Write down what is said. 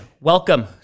welcome